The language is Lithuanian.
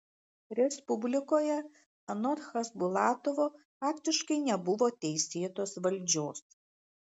respublikoje anot chasbulatovo faktiškai nebuvo teisėtos valdžios